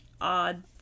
odd